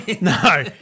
No